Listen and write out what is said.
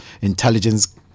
intelligence